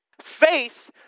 Faith